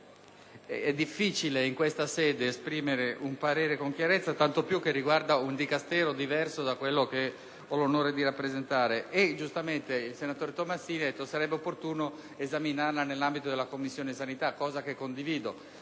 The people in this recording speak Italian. è difficile in questa sede esprimere un parere con chiarezza, tanto più che riguarda un Dicastero diverso da quello che ho l'onore di rappresentare. Giustamente il senatore Tomassini ha detto che sarebbe opportuno esaminare la materia nell'ambito della Commissione sanità, ragionamento che condivido.